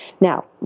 Now